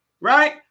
right